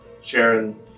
Sharon